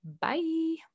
Bye